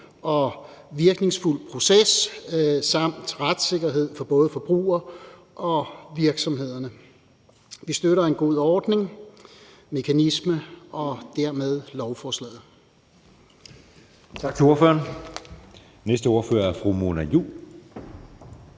og virkningsfuld proces samt retssikkerhed for både forbrugere og virksomhederne. Vi støtter en god ordning, en god mekanisme, og dermed støtter vi lovforslaget.